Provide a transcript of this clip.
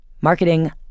marketing